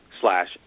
slash